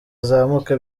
azamuka